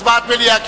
הצבעת מליאה,